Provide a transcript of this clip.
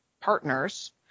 partners